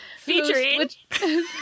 featuring